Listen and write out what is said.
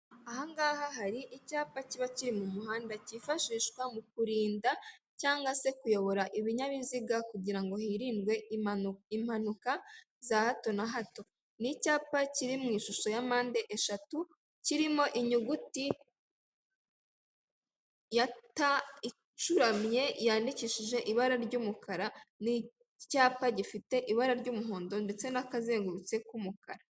Aha ngaha hari icyapa kiba kiri mu muhanda cyifashishwa mu kurinda cyangwa se kuyobora ibinyabiziga, kugirango hirindwe impanuka, impanuka za hato na hato ni icyapa kiri mu ishusho ya mpande eshatu kirimo inyuguti ya ta icuramye yandikishije ibara ry'umukara n'icyapa gifite ibara ry'umuhondo ndetse n'akazengurutse k'umukara.